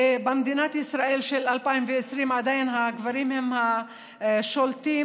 במדינת ישראל של 2020 עדיין הגברים הם השולטים,